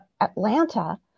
Atlanta